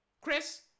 Chris